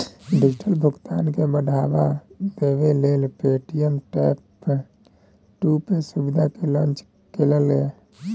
digital भुगतान केँ बढ़ावा देबै लेल पे.टी.एम टैप टू पे सुविधा केँ लॉन्च केलक ये